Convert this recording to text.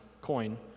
coin